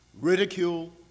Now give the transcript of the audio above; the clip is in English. ridicule